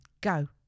go